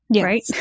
Right